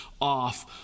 off